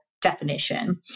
definition